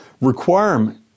requirement